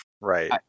Right